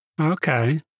Okay